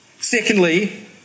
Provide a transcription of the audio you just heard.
Secondly